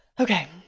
Okay